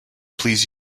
please